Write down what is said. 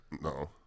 No